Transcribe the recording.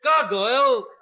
Gargoyle